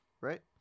right